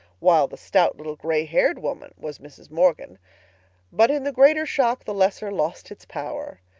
while the stout little gray-haired woman was mrs. morgan but in the greater shock the lesser lost its power.